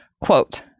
quote